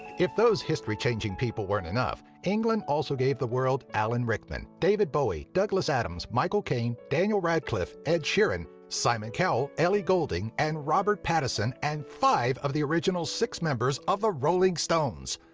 if those history-changing people weren't enough, england also gave the world alan rickman, david bowie, douglas adams, michael caine, daniel radcliffe, ed sheeran, simon cowell, ellie goulding, and robert pattinson and five of the original six members of the ah rolling stones.